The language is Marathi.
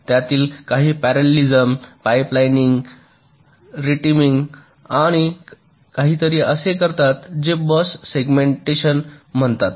त्यातील काही पॅरालेलीसम पाइपलाइनिंग रीटीमिंग आणि काहीतरी असे करतात जे बस सेगमेंटेशन म्हणतात